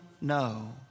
no